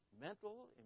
mental